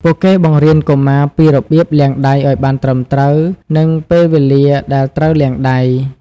ពួកគេបង្រៀនកុមារពីរបៀបលាងដៃឱ្យបានត្រឹមត្រូវ និងពេលវេលាដែលត្រូវលាងដៃ។